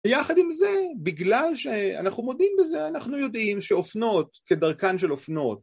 יחד עם זה, בגלל שאנחנו מודים בזה, אנחנו יודעים שאופנות כדרכן של אופנות.